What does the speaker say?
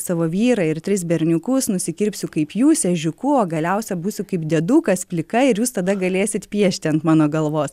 savo vyrą ir tris berniukus nusikirpsiu kaip jūs ežiuku o galiausia būsiu kaip dėdukas plika ir jūs tada galėsit piešti ant mano galvos